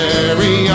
Mary